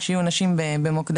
גדם המחקרים שם מראים שיש פערים.